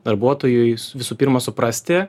darbuotojui visų pirma suprasti